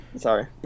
sorry